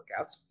workouts